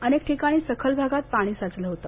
अनेक ठिकाणी सखल भागात पाणी साचल होत